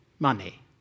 Money